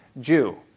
Jew